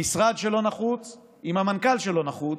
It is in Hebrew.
המשרד שלא נחוץ עם המנכ"ל שלא נחוץ,